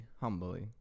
Humbly